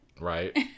Right